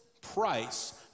price